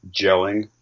gelling